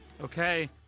okay